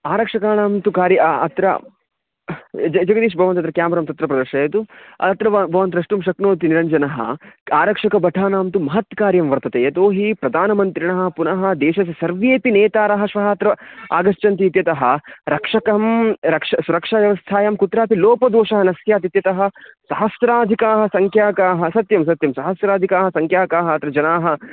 आरक्षकाणां तु कार्यम् अत्र ज जग्दीशः भवान् तत्र क्यामरां तत्र प्रदर्शयतु अत्र ब भवान् द्रष्टुं शक्नोति निरञ्जनः क् आरक्षकभटानां तु महत् कार्यं वर्तते यतो हि प्रधानमन्त्रिणः पुनः देशस्य सर्वेऽपि नेतारः श्वः अत्र आगच्छन्ति इत्यतः रक्षकं रक्ष् सुरक्षाव्यवस्थायां कुत्रापि लोपदोषः न स्यात् इत्यतः सहस्राधिकाः सङ्ख्याकाः सत्यं सत्यं सहस्राधिकाः सङ्ख्याकाः अत्र जनाः